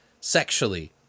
sexually